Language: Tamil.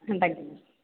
ம் தேங்க் யூ மேம்